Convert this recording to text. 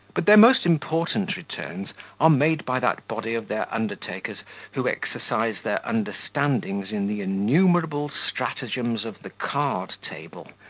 but their most important returns are made by that body of their undertakers who exercise their understandings in the innumerable stratagems of the card table,